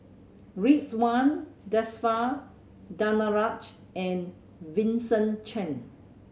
Ridzwan Dzafir Danaraj and Vincent Cheng